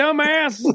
dumbass